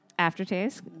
aftertaste